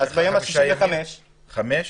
ביום ה-65,